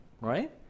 right